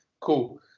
Cool